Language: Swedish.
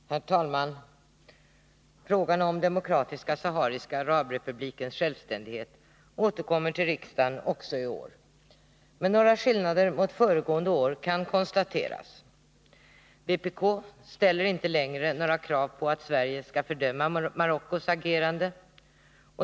Herr talman! Frågan om Demokratiska sahariska arabrepublikens självständighet återkommer till riksdagen också i år. Några skillnader mot föregående år kan konstateras. Vpk ställer inte längre några krav på att Sverige skall fördöma Marockos agerande.